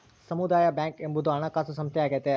ಸಮುದಾಯ ಬ್ಯಾಂಕ್ ಎಂಬುದು ಒಂದು ಹಣಕಾಸು ಸಂಸ್ಥೆಯಾಗೈತೆ